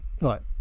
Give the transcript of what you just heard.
right